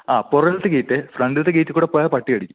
ആ പുറകിലത്തെ ഗേയ്റ്റ് ഫ്രണ്ടിൽത്തെ ഗെയ്റ്റിക്കൂടെ പോയാൽ പട്ടി കടിക്കും